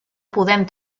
podem